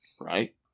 Right